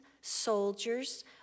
soldiers